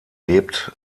lebt